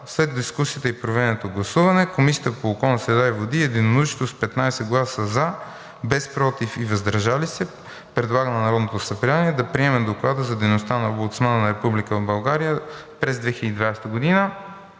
След дискусията и проведеното гласуване Комисията по околната среда и водите единодушно, с 15 гласа „за“, без „против“ и „въздържал се“, предлага на Народното събрание да приеме Доклад за дейността на Омбудсмана на Република България през 2020 г.,